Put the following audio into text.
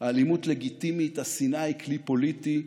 האלימות לגיטימית, השנאה היא כלי פוליטי,